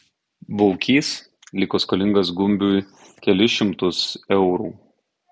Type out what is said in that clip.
baukys liko skolingas gumbiui kelis šimtus eurų